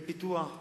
בפיתוח,